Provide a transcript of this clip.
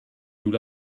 nous